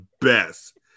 best